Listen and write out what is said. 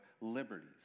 liberties